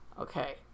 okay